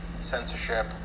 censorship